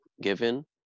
given